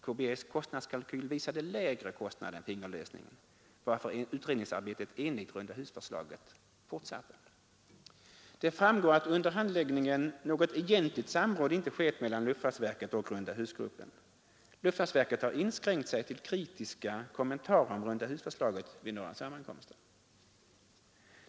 KBS:s kostnadskalkyl visade lägre kostnad än fingerlösningen, varför utredningsarbetet enligt rundahusförslaget fortsatte. Det framgår att under handläggningen något egentligt samråd inte skett mellan luftfartsverket och rundahusgruppen. Luftfartsverket har inskränkt sig till kritiska kommentarer till rundahusförslaget vid några sammankomster.